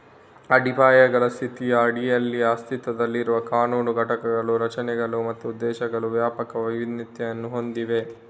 ಅಡಿಪಾಯಗಳ ಸ್ಥಿತಿಯ ಅಡಿಯಲ್ಲಿ ಅಸ್ತಿತ್ವದಲ್ಲಿರುವ ಕಾನೂನು ಘಟಕಗಳು ರಚನೆಗಳು ಮತ್ತು ಉದ್ದೇಶಗಳ ವ್ಯಾಪಕ ವೈವಿಧ್ಯತೆಯನ್ನು ಹೊಂದಿವೆ